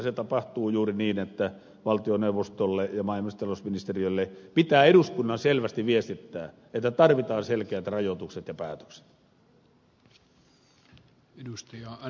se tapahtuu juuri niin että valtioneuvostolle ja maa ja metsätalousministeriölle pitää eduskunnan selvästi viestittää että tarvitaan selkeät rajoitukset ja päätökset